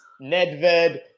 Nedved